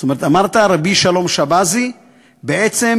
זאת אומרת, אמרת רבי שלום שבזי, בעצם